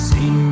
See